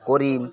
করিম